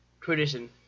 Tradition